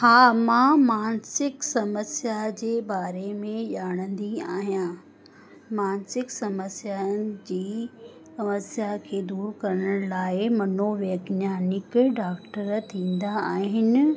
हा मां मानसिक समस्या जे बारे में ॼाणंदी आहियां मानसिक समस्याउनि जी समस्या खे दूरि करण लाइ मनोवैज्ञानिक डॉक्टर थींदा आहिनि